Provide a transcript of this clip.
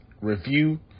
review